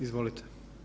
Izvolite.